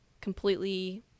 completely